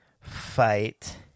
fight